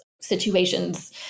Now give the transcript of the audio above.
situations